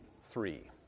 three